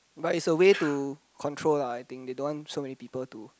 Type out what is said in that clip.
but it's a way to control lah I think they don't want so many people to